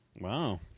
Wow